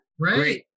Great